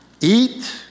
eat